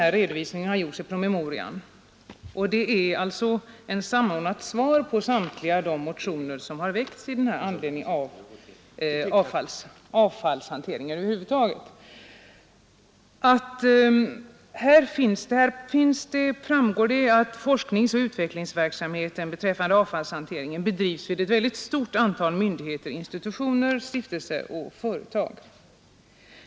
Av redovisningen i promemorian — det är alltså ett samordnat svar på samtliga de motioner som väckts om avfallshanteringen — framgår att forskningsoch utvecklingsverksamheten beträffande avfallshanteringen bedrivs vid ett stort antal myndigheter, institutioner, stiftelser och företag.